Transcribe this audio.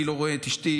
אני לא רואה את אשתי,